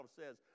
says